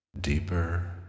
Deeper